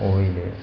oil